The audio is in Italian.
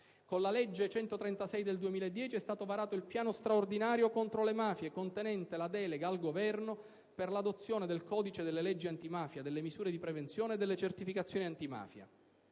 Con la legge n. 136 del 2010 è stato varato il Piano straordinario contro le mafie, contenente la delega al Governo per l'adozione del codice delle leggi antimafia, delle misure di prevenzione e delle certificazioni antimafia.